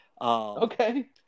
Okay